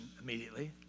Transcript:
immediately